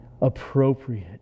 appropriate